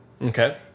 Okay